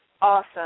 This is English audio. awesome